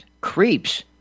creeps